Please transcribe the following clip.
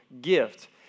gift